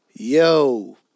Yo